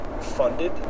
funded